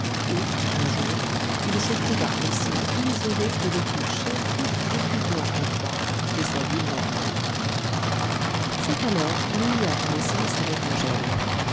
et un jour il se trouva aussi isolé que le plus chétif étudiant en droit de sa ville natale c'est alors qu'il lia connaissance avec angèle